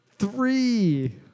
Three